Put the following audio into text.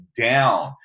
down